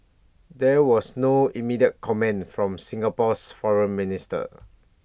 there was no immediate comment from Singapore's foreign ministry